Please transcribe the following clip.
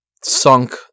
sunk